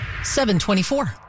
724